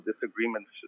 disagreements